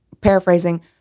paraphrasing